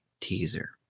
teaser